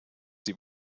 sie